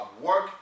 work